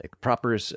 proper